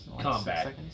combat